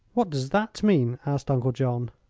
what does that mean? asked uncle john.